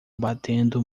batendo